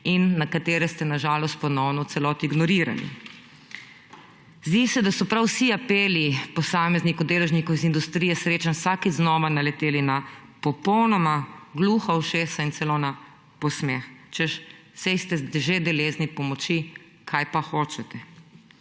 in katere ste na žalost ponovno v celoti ignorirali. Zdi se, da so prav vsi apeli posameznika, deležnika iz industrije srečanj vsakič znova naleteli na popolnoma gluha ušesa in celo na posmeh, češ saj ste že deležni pomoči, kaj pa hočete.